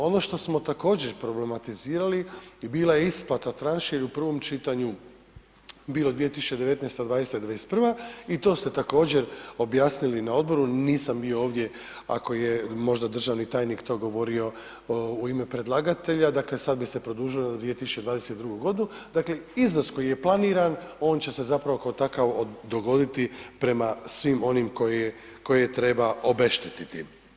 Ono što smo također problematizirali i bila je isplata, … [[Govornik se ne razumije]] je u prvom čitanju bila 2019., '20., '21. i to ste također objasnili na odboru, nisam bio ovdje ako je možda državni tajnik to govorio u ime predlagatelja, dakle sad bi se produžilo na 2022.g., dakle iznos koji je planiran on će se zapravo kao takav dogoditi prema svim onim koje, koje treba obeštetiti.